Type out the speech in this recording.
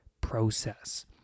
process